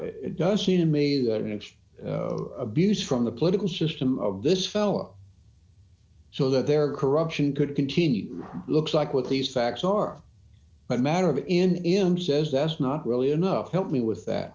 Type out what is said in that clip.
it does seem to me that it's abuse from the political system of this fellow so that their corruption could continue looks like with these facts are what matter in him says that's not really enough to help me with that